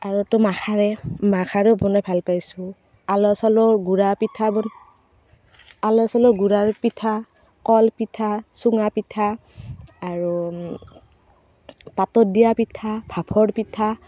আৰুতো মাখাৰে মাখাৰেও বনাই ভাল পাইছো আলু চালু গুড়া পিঠাবোৰ আলু চালুৰ গুড়াৰ পিঠা কল পিঠা চুঙা পিঠা আৰু পাতত দিয়া পিঠা ভাপৰ পিঠা